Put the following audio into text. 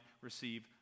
receive